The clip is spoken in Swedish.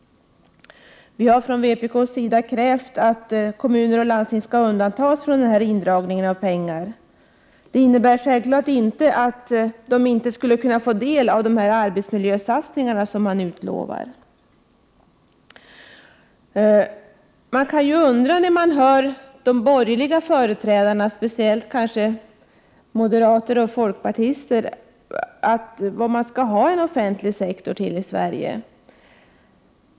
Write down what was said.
Vi har från vpk:s sida krävt att kommuner och landsting skall undantas från denna avgift. Det innebär självklart inte att kommuner och landsting inte skulle kunna få del av de arbetsmiljösatsningar som utlovas. När man hör de borgerliga företrädarnä, speciellt moderater och folkpartister, kan man undra vad vi skall ha en offentlig sektor till i Sverige.